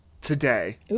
today